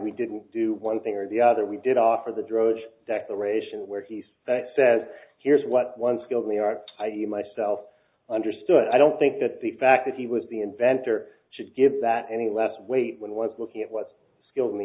we didn't do one thing or the other we did after the droege declaration where he's says here's what once killed me are you myself understood i don't think that the fact that he was the inventor should give that any less weight when i was looking at what skilled